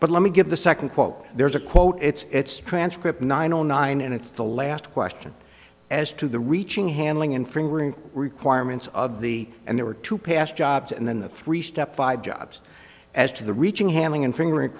but let me give the second quote there's a quote it's transcript nine zero nine and it's the last question as to the reaching handling and fingering requirements of the and there were two past jobs and then the three step five jobs as to the reaching hammering and finger